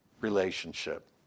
relationship